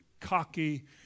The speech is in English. cocky